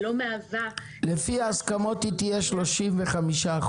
היא לא מהווה --- לפי ההסכמות היא תהיה 35%,